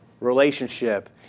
relationship